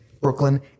Brooklyn